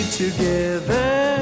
together